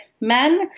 men